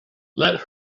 let